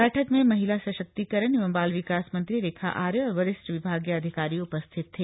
बैठक में महिला सशक्तिकरण एवं बाल विकास मंत्री रेखा आर्य और वरिष्ठ विभागीय अधिकारी उपस्थित थे